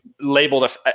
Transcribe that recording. labeled